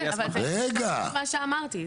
אבל זה בדיוק מה שאמרתי.